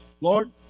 Lord